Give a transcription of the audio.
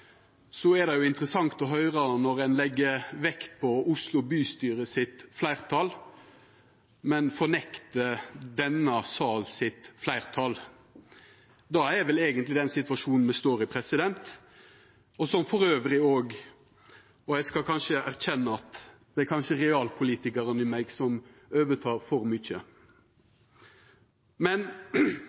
er det interessant å høyra at ein legg vekt på Oslo bystyre sitt fleirtal, men fornektar denne salen sitt fleirtal. Det er vel eigentleg den situasjonen me står i, og eg skal erkjenna at det kanskje er realpolitikaren i meg som overtek for mykje. Men